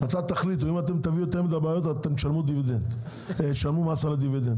אתה תחליט אם אתם תביאו יותר מידי בעיות אתם תשלמו מס על הדיבידנד,